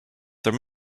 there